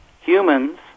humans